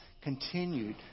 continued